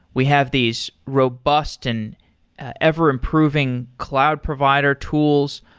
we have these robust and ever-improving cloud provider tools,